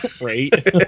right